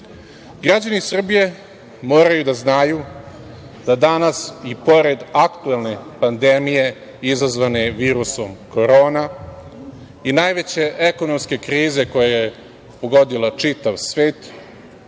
Srbije moraju da znaju da danas i pored aktuelne pandemije izazvane virusom korona i najveće ekonomske krize koja je pogodila čitav svet,